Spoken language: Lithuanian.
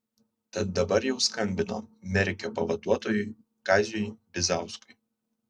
tad dabar jau skambino merkio pavaduotojui kaziui bizauskui